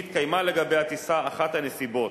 אם התקיימה לגבי הטיסה אחת הנסיבות,